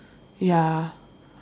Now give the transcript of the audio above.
ya